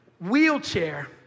wheelchair